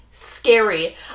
scary